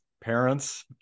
parents